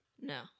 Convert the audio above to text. No